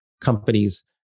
companies